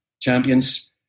champions